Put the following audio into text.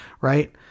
right